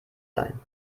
sein